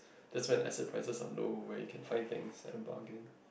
that's when asset prices are low where you can find things at a bargain